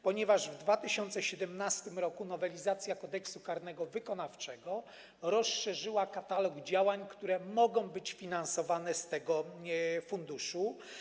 Ponieważ w 2017 r. nowelizacja Kodeksu karnego wykonawczego rozszerzyła katalog działań, które mogą być finansowane z tego funduszu.